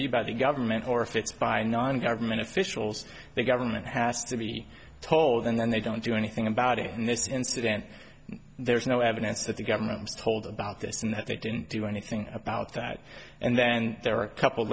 be by the government or if it's by non government officials the government has to be told and then they don't do anything about it and this incident there's no evidence that the government was told about this and that they didn't do anything about that and then there are a couple of